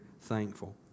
thankful